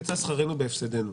יצא שכרנו בהפסדנו.